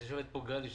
יושבת פה גלי,